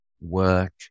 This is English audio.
work